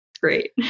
Great